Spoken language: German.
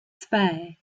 zwei